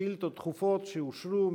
שאילתות דחופות שאושרו,